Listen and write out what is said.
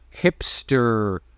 hipster